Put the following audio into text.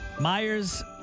Myers